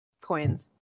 coins